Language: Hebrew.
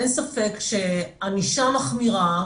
אין ספק שענישה מחמירה